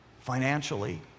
financially